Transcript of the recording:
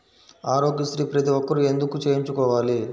ఆరోగ్యశ్రీ ప్రతి ఒక్కరూ ఎందుకు చేయించుకోవాలి?